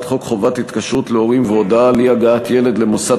חוק חובת התקשרות להורים והודעה על אי-הגעת ילד למוסד